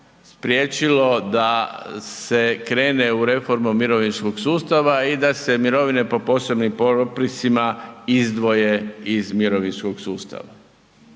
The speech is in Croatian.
spriječilo da se krene u reformu mirovinskog sustava i da se mirovine po posebnim propisima izdvoje iz mirovinskog sustava.